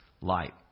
light